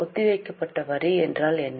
ஒத்திவைக்கப்பட்ட வரி என்றால் என்ன